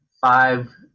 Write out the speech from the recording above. five